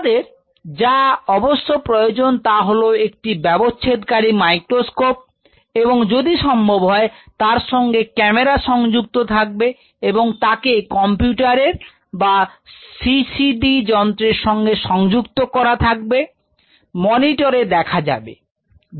তোমাদের যা অবশ্য প্রয়োজন তা হলো একটি ব্যবচ্ছেদ কারী মাইক্রোস্কোপ এবং যদি সম্ভব হয় তার সঙ্গে ক্যামেরা সংযুক্ত থাকবে এবং তাকে কম্পিউটারের বা সিসিডি যন্ত্রের সঙ্গে সংযুক্ত করা থাকবে মনিটরে দেখা যাবে